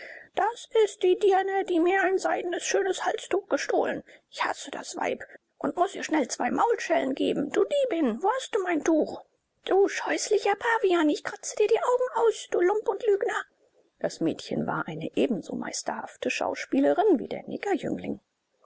das ist die dirne die mir ein seidenes schönes halstuch gestohlen ich hasse das weib und muß ihr schnell zwei maulschellen geben du diebin wo hast du mein tuch du scheußlicher pavian ich kratze dir die augen aus du lump und lügner das mädchen war eine ebenso meisterhafte schauspielerin wie der